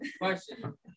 question